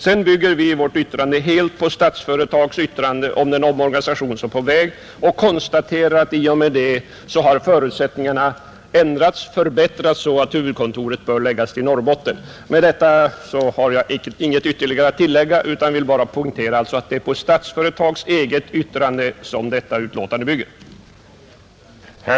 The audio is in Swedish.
Vi bygger vidare vår skrivning helt på Statsföretags yttrande om den omorganisation som är på väg och konstaterar, att i och med det förutsättningarna har förbättrats så att huvudkontoret bör förläggas till Norrbotten. Med detta har jag inget ytterligare att tillägga utan vill bara klart konstatera att det är på Statsföretags eget yttrande som detta betänkande bygger.